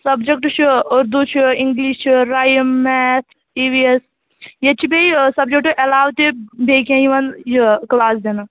subject چھُ اُردو چھُ English چھُ رایِم میٚتھ اِی وِی ایٚس ییٚتہِ چھِ بیٚیہِ سَبجیٚکٹہٕ عَلاوٕ تہِ بیٚیہِ کیٚنٛہہ یِوان یہِ کَلاس دِنہٕ